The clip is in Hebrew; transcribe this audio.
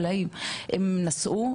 אולי הם נסעו,